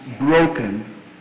broken